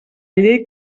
llei